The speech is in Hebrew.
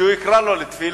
ששם הוא יקרא לו לתפילה,